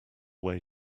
way